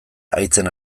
haitzen